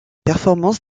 performances